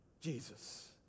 Jesus